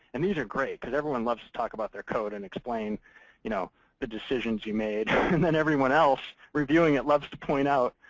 and these are great because everyone loves to talk about their code and explain you know the decisions you made. and then everyone else reviewing it loves to point out